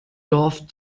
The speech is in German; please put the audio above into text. dorf